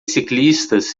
ciclistas